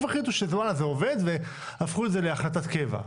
החליטו שזה עובד והפכו את זה להחלטת קבע.